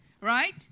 Right